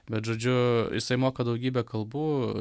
bet žodžiu jisai moka daugybę kalbų